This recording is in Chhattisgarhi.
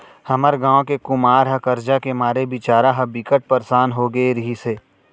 हमर गांव के कुमार ह करजा के मारे बिचारा ह बिकट परसान हो गे रिहिस हे